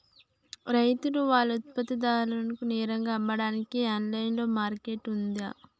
రైతులు వాళ్ల ఉత్పత్తులను నేరుగా అమ్మడానికి ఆన్లైన్ మార్కెట్ ఉందా?